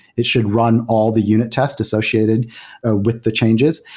it should run all the unit tests associated ah with the changes.